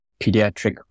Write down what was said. pediatric